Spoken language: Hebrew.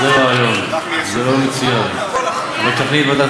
זה רעיון, זה רעיון מצוין, רגע,